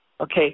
Okay